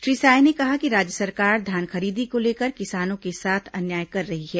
श्री साय ने कहा कि राज्य सरकार धान खरीदी को लेकर किसानों के साथ अन्याय कर रही है